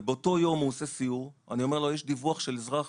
ובאותו יום הוא עושה סיור ואני אומר לו שיש דיווח של אזרח